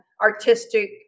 artistic